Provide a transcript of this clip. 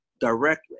directly